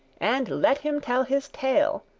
and let him tell his tale.